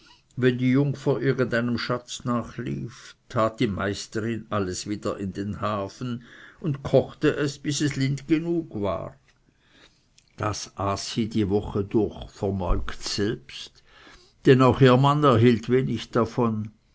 wenn die jungfer irgendeinem schatz nachlief tat die meisterin alles wieder in den hafen und kochte es bis es lind genug war das aß sie die woche durch vermeukt selbst denn auch ihr mann erhielt wenig davon